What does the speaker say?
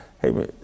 hey